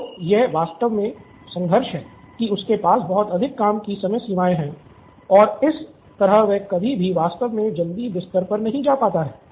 तो यह वास्तव में संघर्ष है कि उसके पास बहुत अधिक काम की समय सीमाएं हैं और इस तरह वह कभी भी वास्तव में जल्दी बिस्तर पर नहीं जा पाता हैं